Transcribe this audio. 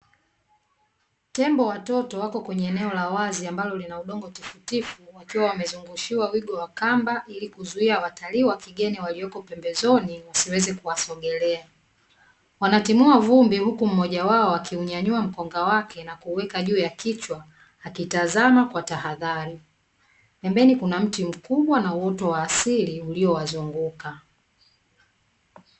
Tembo watoto wako kwenye eneo la wazi ambalo lina udongo tifutifu, wakiwa wamezungushiwa wigo wa kamba, ili kuzuia watalii wa kigeni waliopo pembezoni wasiweze kuwasogelea. Wanatimua vumbi huku mmoja wao akiunyanyua mkonga wake, na kuweka juu ya kichwa akitazama kwa tahadhari. Pembeni kuna mti mkubwa na uoto wa asili uliowazunguka.